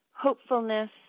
hopefulness